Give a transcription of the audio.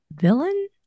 villain